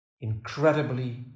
incredibly